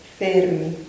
fermi